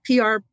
PR